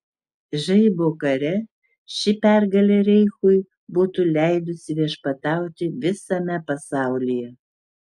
žaibo kare ši pergalė reichui būtų leidusi viešpatauti visame pasaulyje